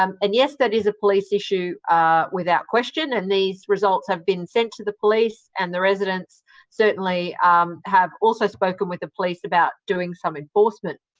um and yes, that is a police issue without question and these results have been sent to the police and the residents certainly have also spoken with the police about doing some enforcement.